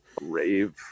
rave